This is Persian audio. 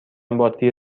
باتری